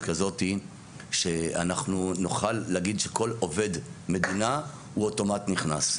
כזאת שאנחנו נוכל להגיד שכל עובד מדינה הוא אוטומט נכנס.